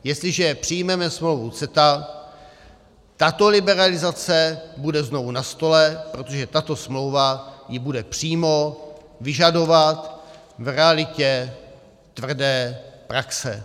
Jestliže přijmeme smlouvu CETA, tato liberalizace bude znovu na stole, protože tato smlouva ji bude přímo vyžadovat v realitě tvrdé praxe.